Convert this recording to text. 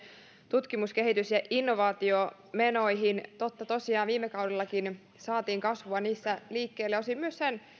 tutkimus kehitys ja innovaatiomenoihin totta tosiaan viime kaudellakin saatiin kasvua niissä liikkeelle osin myös sen